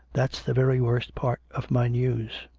that's the very worst part of my news.